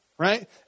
Right